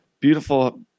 beautiful